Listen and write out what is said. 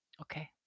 Okay